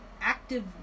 active